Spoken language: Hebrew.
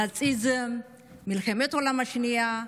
הנאציזם, מלחמת העולם השנייה,